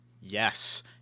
Yes